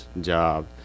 job